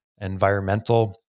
environmental